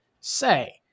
say